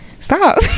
stop